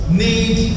need